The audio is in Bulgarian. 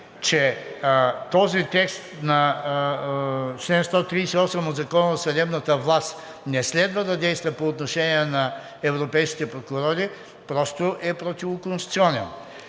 че този текст на чл. 138 от Закона за съдебната власт не следва да действа по отношение на европейските прокурори, просто е противоконституционен.